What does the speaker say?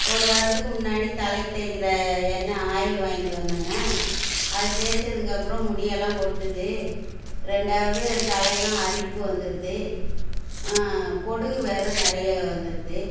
ஒரு வாரத்துக்கு முன்னாடி தலைக்கு தேய்க்கிற எண்ணெய் ஆயில் வாங்கிட்டு வந்தேங்க அது தேய்ச்சதுக்கு அப்புறோம் முடி எல்லாம் கொட்டுது ரெண்டாவது தலையெல்லாம் அரிப்பு வந்துடுது பொடுகு வேறு நிறையா வந்துடுது